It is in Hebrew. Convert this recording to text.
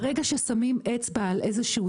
ברגע שאנחנו שמים אצבע על איזה שהוא